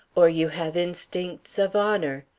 or you have instincts of honor,